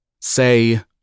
Say